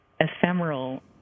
ephemeral